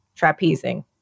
trapezing